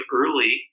early